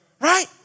right